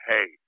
Hey